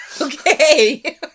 Okay